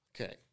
Okay